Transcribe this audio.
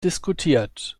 diskutiert